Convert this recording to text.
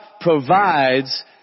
provides